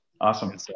awesome